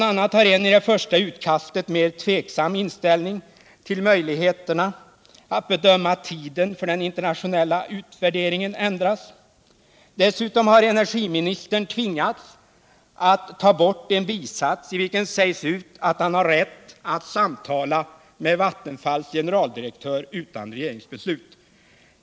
a. har en i det första utkastet mer tveksam inställning till möjligheterna att bedöma tiden för den internationella utvärderingen ändrats. Dessutom har energiministern tvingats att ta bort en bisats, i vilken sägs att han har rätt att samtala med Vattenfalls generaldirektör utan regeringens beslut.